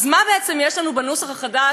אז מה בעצם יש לנו בנוסח החדש?